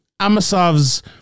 Amasov's